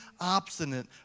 obstinate